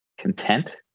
content